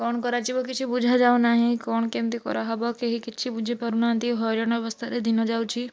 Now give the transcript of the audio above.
କଣ କରାଯିବ କିଛି ବୁଝାଯାଉନାହିଁ କ'ଣ କେମିତି କରାହବ କେହି କିଛି ବୁଝିପାରୁନାହାଁନ୍ତି ହଇରାଣ ଅବସ୍ଥାରେ ଦିନ ଯାଉଛି